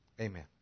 Amen